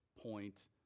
point